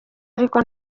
ariko